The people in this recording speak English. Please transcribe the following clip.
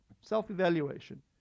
self-evaluation